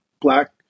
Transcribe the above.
black